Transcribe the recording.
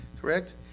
correct